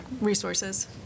resources